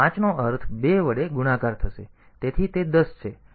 તેથી 5 નો અર્થ 2 વડે ગુણાકાર થશે તેથી તે 10 છે